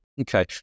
Okay